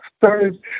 started